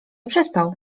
przestał